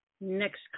Next